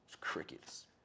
crickets